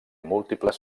múltiples